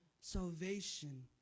Salvation